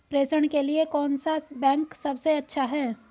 प्रेषण के लिए कौन सा बैंक सबसे अच्छा है?